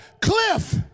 cliff